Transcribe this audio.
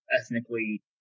ethnically